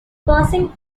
passing